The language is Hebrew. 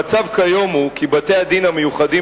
המצב כיום הוא כי בתי-הדין המיוחדים